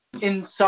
inside